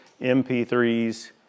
MP3s